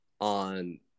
on